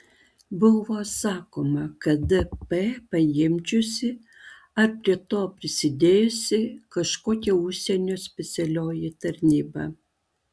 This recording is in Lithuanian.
buvo sakoma kad dp pagimdžiusi ar prie to prisidėjusi kažkokia užsienio specialioji tarnyba